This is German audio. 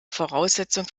voraussetzung